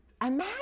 Imagine